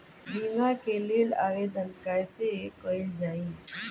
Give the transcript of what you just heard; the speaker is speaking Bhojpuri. बीमा के लेल आवेदन कैसे कयील जाइ?